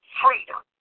freedom